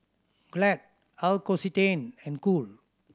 Glad L'Occitane and Cool